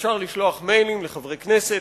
אפשר לשלוח מיילים לחברי הכנסת,